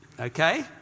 Okay